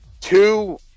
two